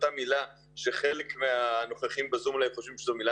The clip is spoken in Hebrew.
אותן מילים שחלק מהנוכחים בזום אולי חושבים שהן מילים